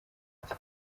ati